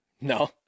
No